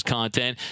content